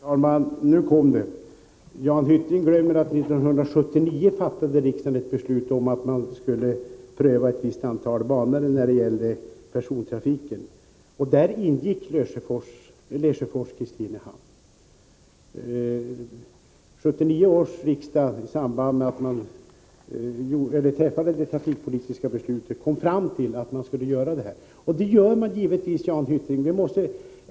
Herr talman! Nu kom det! Jan Hyttring glömmer att riksdagen 1979 fattade beslut om att ett visst antal bandelar skulle prövas med avseende på persontrafiken. Där ingick Lesjöfors-Kristinehamn. I samband med att 1979 års riksdag fattade sitt trafikpolitiska beslut kom den fram till att detta skulle ske.